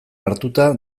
hartuta